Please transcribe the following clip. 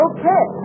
Okay